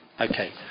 Okay